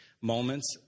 moments